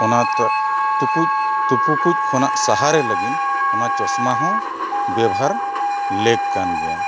ᱚᱱᱟᱴᱟᱜ ᱛᱩᱠᱩᱡ ᱛᱩᱯᱩ ᱠᱩᱪ ᱠᱷᱚᱱᱟᱜ ᱥᱟᱦᱟᱨᱮ ᱞᱟᱹᱜᱤᱫ ᱚᱱᱟ ᱪᱚᱥᱢᱟ ᱦᱚᱸ ᱵᱮᱵᱷᱟᱨ ᱞᱮᱠ ᱠᱟᱱ ᱜᱮᱭᱟ